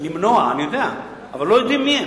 למנוע, אני יודע, אבל לא יודעים מיהם.